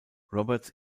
roberts